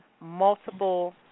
multiple